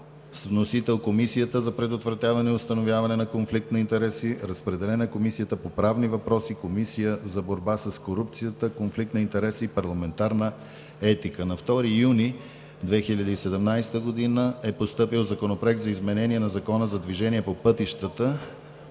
с вносител Комисията за предотвратяване и установяване на конфликт на интереси. Разпределен е на Комисията по правни въпроси, на Комисията за борба с корупцията, конфликт на интереси и парламентарна етика. На 2 юни 2017 г. е постъпил Законопроект за изменение на Закона за движение по пътищата